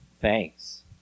thanks